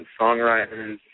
songwriters